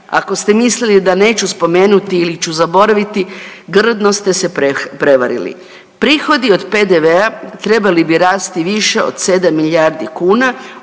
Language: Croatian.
ako ste mislili da neću spomenuti ili ću zaboraviti grdno ste se prevarili. Prihodi od PDV-a trebali bi rasti više od 7 milijardi kuna